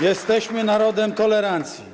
Jesteśmy narodem tolerancji.